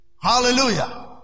Hallelujah